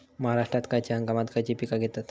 महाराष्ट्रात खयच्या हंगामांत खयची पीका घेतत?